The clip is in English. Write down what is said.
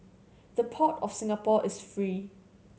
the Port of Singapore is free